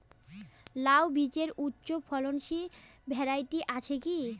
লাউ বীজের উচ্চ ফলনশীল ভ্যারাইটি আছে কী?